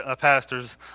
pastors